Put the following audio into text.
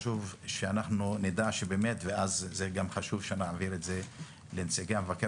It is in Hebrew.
חשוב שנדע ואז נעביר את זה לנציגי מבקר